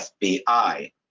FBI